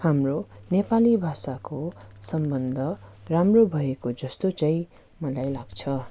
हाम्रो नेपाली भाषाको सम्बन्ध राम्रो भएको जस्तो चाहिँ मलाई लाग्छ